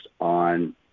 on